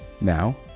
Now